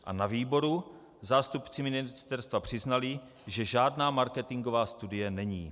A na výboru zástupci ministerstva přiznali, že žádná marketingová studie není.